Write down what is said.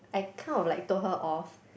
I kind of like told her off